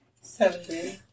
Seventy